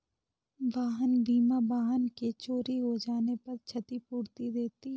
वाहन बीमा वाहन के चोरी हो जाने पर क्षतिपूर्ति देती है